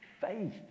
Faith